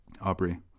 Aubrey